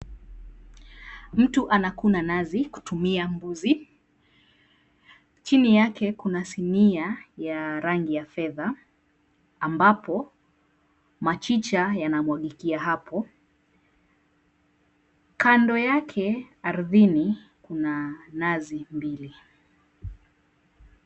Mtu anakuna nazi kutumia mbuzi. Chini yake kuna sinia ya rangi ya fedha ambapo machicha yanamwagikia hapo. Kando yake ardhini kuna nazi mbili.